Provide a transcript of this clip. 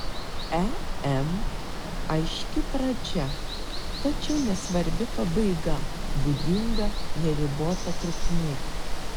em aiški pradžia tačiau nesvarbi pabaiga būdinga neribota trukmė